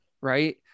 right